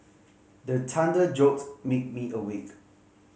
the thunder jolt make me awake